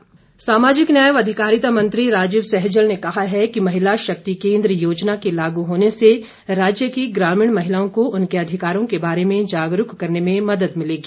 सैजल सामाजिक न्याय व अधिकारिता मंत्री राजीव सैजल ने कहा है कि महिला शक्ति केन्द्र योजना के लागू होने से राज्य की ग्रामीण महिलाओं को उनके अधिकारों के बारे में जागरूक करने में मदद मिलेगी